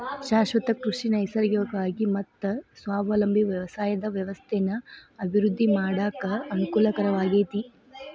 ಶಾಶ್ವತ ಕೃಷಿ ನೈಸರ್ಗಿಕವಾಗಿ ಮತ್ತ ಸ್ವಾವಲಂಬಿ ವ್ಯವಸಾಯದ ವ್ಯವಸ್ಥೆನ ಅಭಿವೃದ್ಧಿ ಮಾಡಾಕ ಅನಕೂಲಕರವಾಗೇತಿ